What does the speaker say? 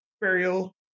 burial